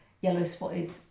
yellow-spotted